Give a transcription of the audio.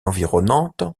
environnante